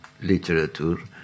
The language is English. literature